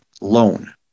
loan